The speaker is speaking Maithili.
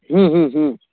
हुँ हुँ हुँ